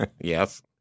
Yes